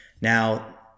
now